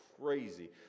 crazy